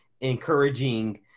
encouraging